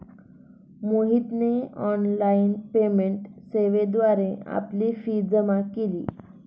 मोहितने online payment सेवेद्वारे आपली फी जमा केली